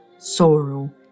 sorrow